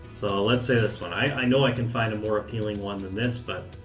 let's say this one, i know i can find a more appealing one than this, but